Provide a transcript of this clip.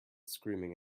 screaming